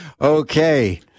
Okay